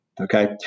Okay